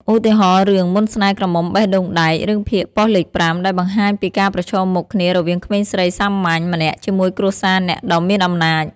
ឧទាហរណ៍ រឿង មន្តស្នេហ៍ក្រមុំបេះដូងដែក រឿងភាគប៉ុស្តិ៍លេខ៥ ដែលបង្ហាញពីការប្រឈមមុខគ្នារវាងក្មេងស្រីសាមញ្ញម្នាក់ជាមួយគ្រួសារអ្នកដ៏មានអំណាច។